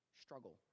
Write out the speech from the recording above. struggle